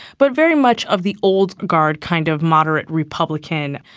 but very much of the old guard kind of moderate republican.